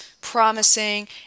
promising